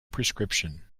prescription